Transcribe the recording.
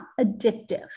addictive